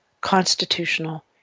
constitutional